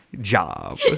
job